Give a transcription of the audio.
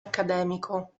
accademico